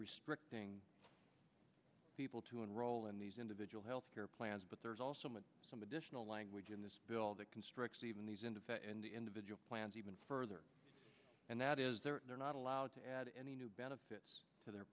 restricting people to enroll in these individual health care plans but there's also some additional language in this bill that constricts even these into the individual plans even further and that is they're not allowed to add any new benefits to their